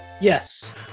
Yes